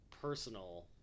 personal